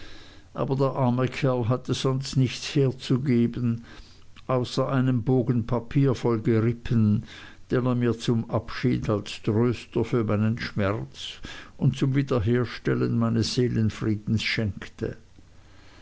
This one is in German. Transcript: aber der arme kerl hatte sonst nichts herzugeben außer einen bogen papier voll gerippen den er mir zum abschied als tröster für meinen schmerz und zum wiederherstellen meines seelenfriedens schenkte